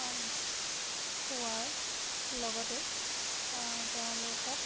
খোৱাৰ লগতে তেওঁলোকক